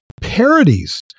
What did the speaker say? parodies